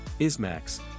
ISMAX